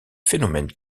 phénomènes